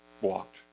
walked